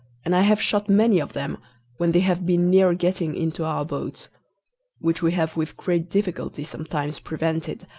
and i have shot many of them when they have been near getting into our boats which we have with great difficulty sometimes prevented,